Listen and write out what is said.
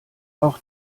auch